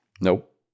Nope